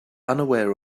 unaware